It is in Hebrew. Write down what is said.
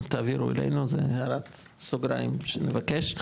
תעבירו אלינו, זה הערת סוגריים שנבקש,